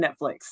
netflix